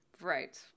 Right